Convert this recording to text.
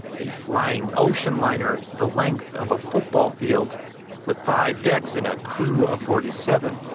a flying ocean liner the length of a football field with five decks and a crew of forty seven.